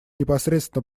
непосредственно